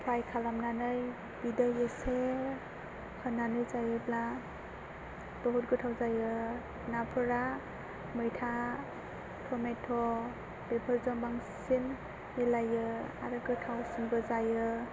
फ्राय खालामनानै बिदै एसे होनानै जायोब्ला जोबोद गोथाव जायो नाफोरा मैथा थमेट' बेफोरजों बांसिन मिलायो आरो गोथावसिनबो जायो